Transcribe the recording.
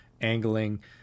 angling